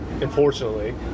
unfortunately